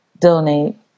donate